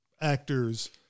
actors